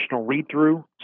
read-through